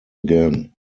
again